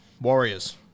Warriors